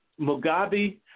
Mugabe